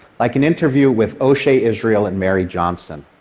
like an interview with oshea israel and mary johnson.